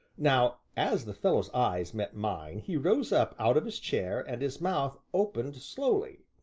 now, as the fellow's eyes met mine, he rose up out of his chair and his mouth opened slowly,